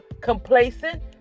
complacent